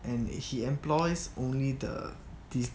and he employs only the dis~